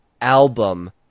album